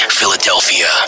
Philadelphia